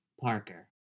Parker